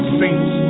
saints